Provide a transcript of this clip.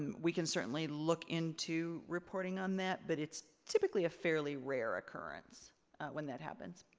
we can certainly look into reporting on that but it's typically a fairly rare occurrence when that happens.